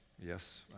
Yes